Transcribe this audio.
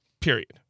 Period